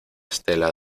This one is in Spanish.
estela